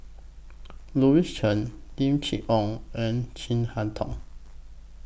Louis Chen Lim Chee Onn and Chin Harn Tong